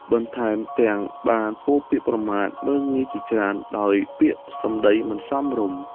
បន្ថែមទាំងបានពោលពាក្យប្រមាថមើលងាយជាច្រើន ដោយពាក្យសម្ដីមិនសមរម្យ។